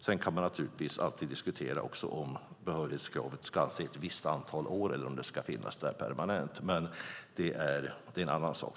Sedan kan man naturligtvis alltid diskutera om behörighetskravet ska avse ett visst antal år eller om det ska finnas där permanent. Men det är en annan sak.